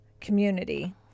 community